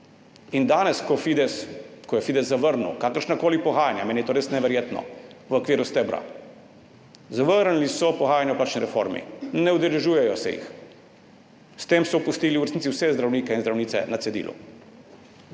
In danes, ko je Fides zavrnil kakršnakoli pogajanja, meni je to res neverjetno, v okviru stebra, zavrnili so pogajanja o plačni reformi, ne udeležujejo se jih, so s tem pustili v resnici vse zdravnike in zdravnice na cedilu.